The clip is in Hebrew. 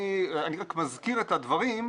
אני רק מזכיר את הדברים,